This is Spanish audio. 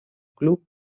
club